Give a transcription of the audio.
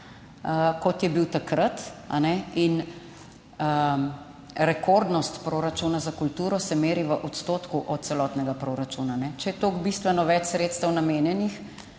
Kot je bil takrat In rekordnost proračuna za kulturo se meri v odstotku od celotnega proračuna. Če je to bistveno več sredstev namenjenih